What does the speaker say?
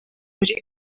muri